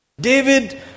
David